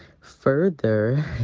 further